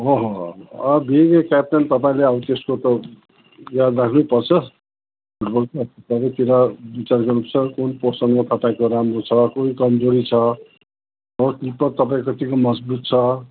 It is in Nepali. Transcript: हो हो हो अ बिइङ अ क्याप्टन तपाईँले अब त्यसको त याद राख्नैपर्छ फुटबलको चारैतिर विचार गर्नुपर्छ कुन पोस्टसँग तपाईँको राम्रो छ कुन कमजोरी छ हो किपर तपाईँको कतिको मजबुत छ